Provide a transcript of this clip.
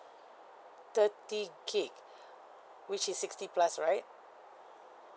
thirty gig which is sixty plus right